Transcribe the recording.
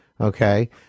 okay